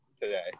today